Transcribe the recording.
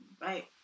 right